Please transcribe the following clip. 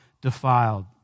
defiled